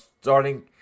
starting